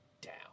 down